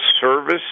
service